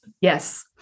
Yes